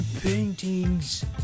paintings